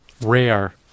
rare